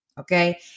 Okay